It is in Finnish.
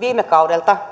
viime kaudelta